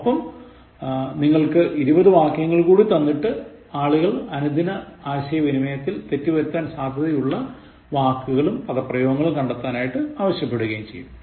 ഒപ്പം നിങ്ങൾക്ക് ഇരുപത് വാക്യങ്ങൾ കൂടി തന്നിട്ട് ആളുകൾ അനുദിനആശയവിനിമയത്തിൽ തെറ്റ് വരുത്താൻ സാധ്യതയുള്ള വാക്കുകളും പദ പ്രയോഗങ്ങളും കണ്ടെത്താൻ ആവശ്യപ്പടുകയും ചെയ്യും